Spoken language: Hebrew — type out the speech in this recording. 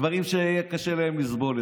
דברים שיהיה קשה להם לסבול.